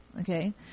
Okay